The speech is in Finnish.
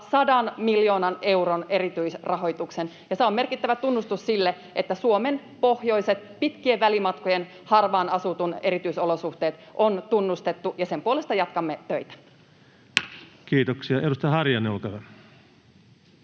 100 miljoonan euron erityisrahoituksen. Se on merkittävä tunnustus, kun Suomen pohjoiset, pitkien välimatkojen ja harvaan asutun maan erityisolosuhteet on tunnustettu, ja sen puolesta jatkamme töitä. [Speech 56] Speaker: